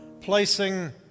placing